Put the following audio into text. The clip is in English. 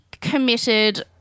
committed